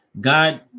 God